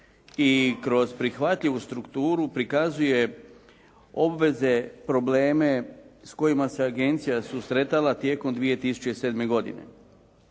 i kroz prihvatljivu strukturu prikazuje obveze, probleme s kojima se agencija susretala tijekom 2007. godine.